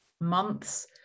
months